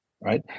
right